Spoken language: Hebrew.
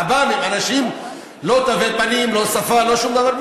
עב"מים, אנשים, לא תווי פנים, לא שפה, לא שום דבר.